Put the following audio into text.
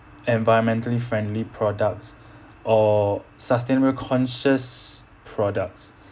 environmentally friendly products or sustainable conscious products